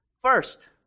First